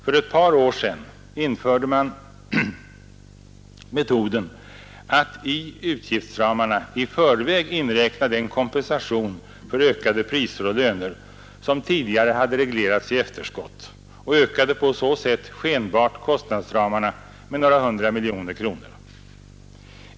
För ett par år sedan införde man metoden att i utgiftsramarna i förväg inräkna den kompensation för ökade priser och löner som tidigare hade reglerats i efterskott och ökade på så sätt skenbart kostnadsramarna med några hundra miljoner kronor.